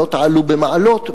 לא תעלו במעלות,